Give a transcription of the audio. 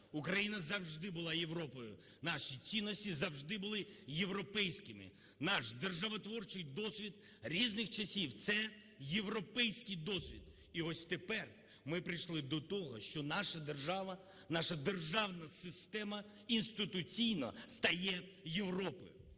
Україна завжди була Європою, наші цінності завжди були європейськими. Наш державотворчий досвід різних часів – це європейський досвід. І ось тепер ми прийшли до того, що наша держава, наша державна система інституційно стає Європою.